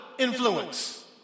influence